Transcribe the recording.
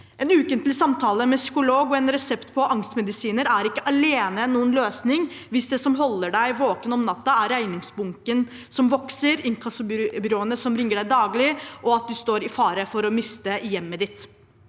En ukentlig samtale med psykolog og en resept på angstmedisiner er ikke alene noen løsning hvis det som holder deg våken om natten, er regningsbunken som vokser, inkassobyråene som ringer deg daglig, og at du står i fare for å miste hjemmet ditt.